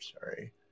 sorry